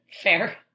Fair